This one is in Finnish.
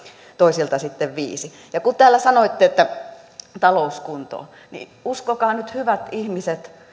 toisilta sitten viisi ja kun täällä sanoitte että talous kuntoon niin uskokaa nyt hyvät ihmiset